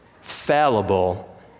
fallible